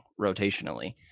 rotationally